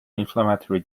inflammatory